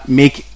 make